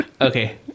Okay